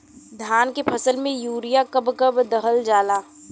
धान के फसल में यूरिया कब कब दहल जाला?